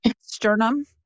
Sternum